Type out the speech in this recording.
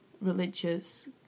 religious